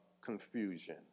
confusion